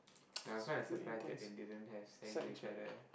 I was kind of surprised that they didn't have sex with each other